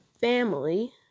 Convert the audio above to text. family